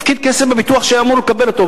הפקיד כסף בביטוח והוא היה אמור לקבל אותו,